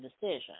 decision